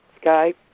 sky